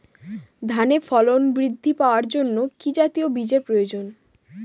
ধানে ফলন বৃদ্ধি পাওয়ার জন্য কি জাতীয় বীজের প্রয়োজন?